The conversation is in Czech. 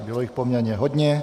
Bylo jich poměrně hodně.